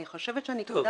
אני חושבת שהנקודה